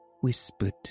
whispered